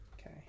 Okay